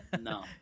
No